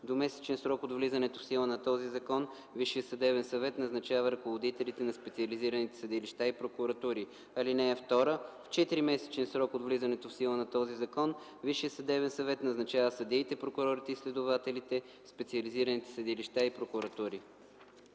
двумесечен срок от влизането в сила на този закон Висшият съдебен съвет назначава ръководителите на специализираните съдилища и прокуратури. (2) В 4-месечен срок от влизането в сила на този закон Висшият съдебен съвет назначава съдиите, прокурорите и следователите в специализираните съдилища и прокуратури.”